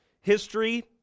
History